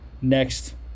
next